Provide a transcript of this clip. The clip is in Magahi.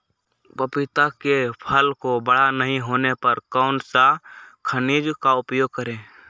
पपीता के फल को बड़ा नहीं होने पर कौन सा खनिज का उपयोग करें?